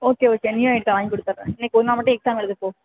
okay okay new ID தான் வாங்கி கொடுத்துறேன் இன்றைக்கி ஒரு நாள் மட்டும் எக்ஸாம் எழுது போ